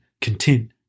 content